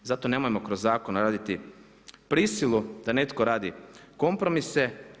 I zato nemojmo kroz zakon raditi prisilu da netko radi kompromise.